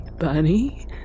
Bunny